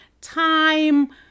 time